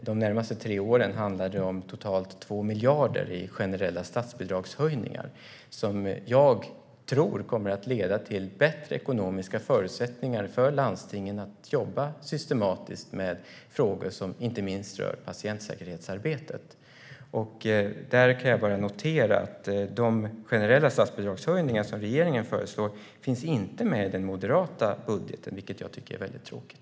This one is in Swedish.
De närmaste tre åren handlar det om totalt 2 miljarder i generella statsbidragshöjningar som jag tror kommer att leda till bättre ekonomiska förutsättningar för landstingen att jobba systematiskt med frågor som inte minst rör patientsäkerhetsarbetet. Jag kan bara notera att de generella statsbidragshöjningar som regeringen föreslår inte finns med i den moderata budgeten, vilket jag tycker är väldigt tråkigt.